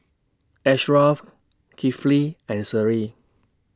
Ashraff Kifli and Seri